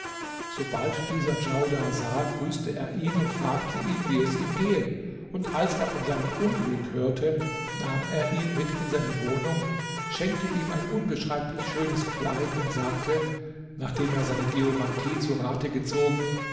sobald dieser djaudar sah grüßte er ihn und fragte ihn wie es ihm gehe und als er von seinem unglück hörte nahm er ihn mit in seine wohnung schenkte ihm ein unbeschreiblich schönes kleid und sagte nachdem er seine geomancie zu rat gezogen